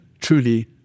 truly